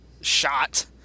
shot